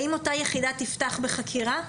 האם אותה יחידה תפתח בחקירה?